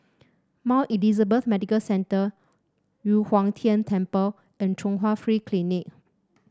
Mount Elizabeth Medical Centre Yu Huang Tian Temple and Chung Hwa Free Clinic